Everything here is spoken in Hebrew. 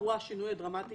והוא השינוי הדרמטי